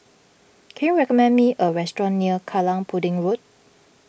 can you recommend me a restaurant near Kallang Pudding Road